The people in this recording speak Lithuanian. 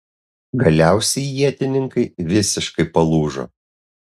galiausiai ietininkai visiškai palūžo